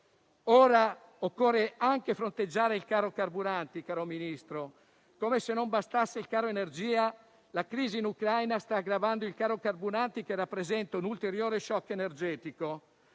Ora occorre anche fronteggiare il caro carburanti, caro Ministro. Come se non bastasse il caro energia, la crisi in Ucraina sta aggravando il caro carburanti che rappresenta un ulteriore *shock* energetico.